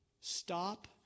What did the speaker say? stop